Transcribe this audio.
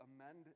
amend